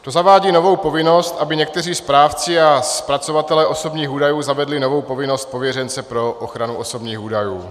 To zavádí novou povinnost, aby někteří správci a zpracovatelé osobních údajů zavedli novou povinnost pověřence pro ochranu osobních údajů.